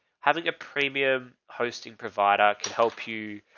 having a premium hosting provider can help you.